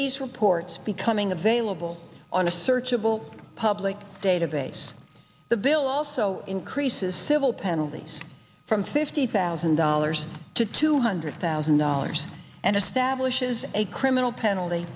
these reports becoming available on a searchable public database the bill also increases civil penalties from fifty thousand dollars to two hundred thousand dollars and establishes a criminal penalty